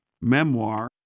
memoir